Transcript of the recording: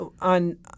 on